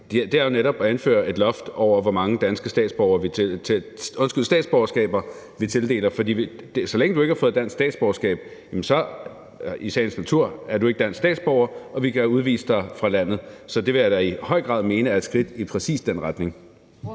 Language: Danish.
retning netop er at indføre et loft over, hvor mange danske statsborgerskaber vi tildeler. For så længe du ikke har fået dansk statsborgerskab, er du i sagens natur ikke dansk statsborger, og vi kan udvise dig fra landet. Så det vil jeg da i høj grad mene er et skridt i præcis den retning.